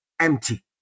empty